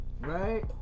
Right